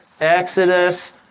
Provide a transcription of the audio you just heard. Exodus